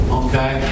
okay